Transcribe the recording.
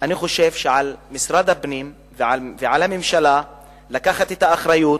אני חושב שעל משרד הפנים ועל הממשלה לקחת את האחריות,